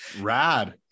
rad